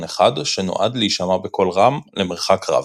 אחד שנועד להישמע בקול רם למרחק רב.